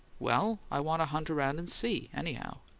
well, i want to hunt around and see, anyhow.